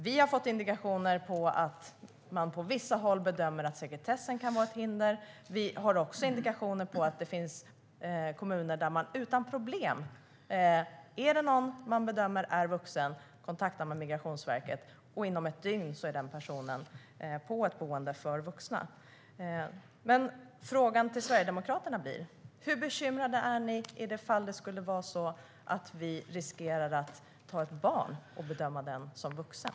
Vi har fått indikationer på att man på vissa håll bedömer att sekretessen kan vara ett hinder. Vi har också indikationer på att det finns kommuner där man, om det är någon man bedömer som vuxen, utan problem kontaktar Migrationsverket. Sedan är den personen inom ett dygn på ett boende för vuxna. Frågan till Sverigedemokraterna blir: Hur bekymrade är ni i det fall det skulle vara så att vi riskerade att bedöma ett barn som vuxen?